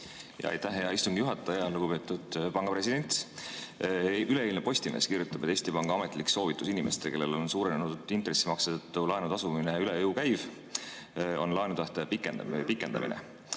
Aitäh, hea istungi juhataja! Lugupeetud panga president! Üleeilne Postimees kirjutab, et Eesti Panga ametlik soovitus inimestele, kellele suurenenud intressimaksete tõttu laenu tasumine üle jõu käib, on laenutähtaja pikendamine.